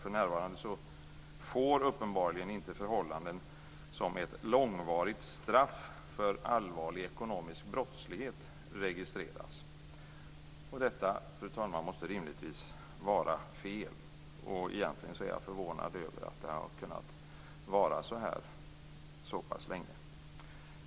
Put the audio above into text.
För närvarande får uppenbarligen inte ett sådant förhållande som ett långvarigt straff för allvarlig ekonomisk brottslighet registreras. Detta måste rimligtvis, fru talman, vara fel. Egentligen är jag förvånad över att det har kunnat vara så här så pass länge.